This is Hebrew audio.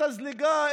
את הזליגה,